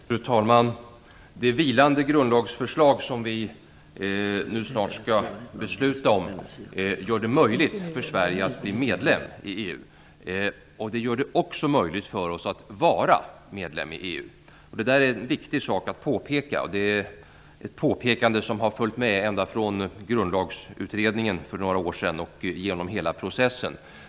Fru talman! Det vilande grundlagsförslag som vi strax skall besluta om gör det möjligt för Sverige att bli medlem i EU. Det gör det också möjligt för oss att vara medlem i EU. Detta är en viktig sak att påpeka, och det är ett påpekande som har följt med ända från Grundlagsutredningen för några år sedan och genom hela processen.